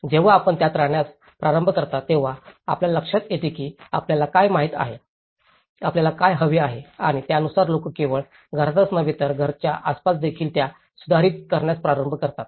जेव्हा आपण त्यात राहण्यास प्रारंभ करता तेव्हा आपल्या लक्षात येते की आपल्याला काय माहित आहे आपल्याला काय हवे आहे आणि त्यानुसार लोक केवळ घरातच नव्हे तर घराच्या आसपास देखील त्या सुधारित करण्यास प्रारंभ करतात